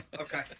Okay